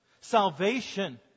salvation